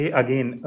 again